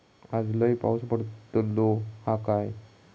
आज लय पाऊस पडतलो हा काय?